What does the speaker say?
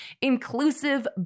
inclusive